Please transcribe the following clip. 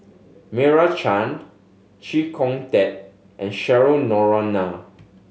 Meira Chand Chee Kong Tet and Cheryl Noronha